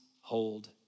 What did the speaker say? hold